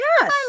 Yes